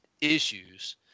issues